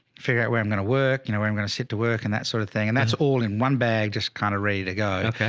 figure out where i'm going to work, you know, where i'm going to sit to work and that sort of thing. and that's all in one bag. just kinda kind of ready to go.